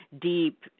deep